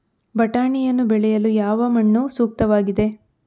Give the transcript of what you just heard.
ಬಟಾಣಿಯನ್ನು ಬೆಳೆಯಲು ಯಾವ ಮಣ್ಣು ಸೂಕ್ತವಾಗಿದೆ?